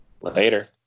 Later